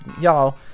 y'all